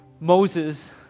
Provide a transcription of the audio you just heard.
Moses